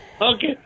Okay